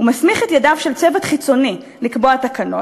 הוא מסמיך את ידיו של צוות חיצוני לקבוע תקנות.